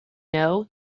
know